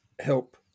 help